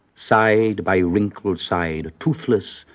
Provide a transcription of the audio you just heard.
side by wrinkled side, toothless,